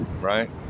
right